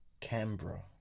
Canberra